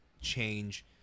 change